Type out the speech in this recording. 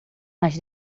mas